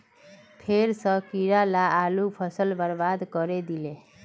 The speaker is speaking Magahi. फेर स कीरा ला आलूर फसल बर्बाद करे दिले